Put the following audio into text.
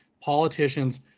Politicians